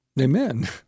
Amen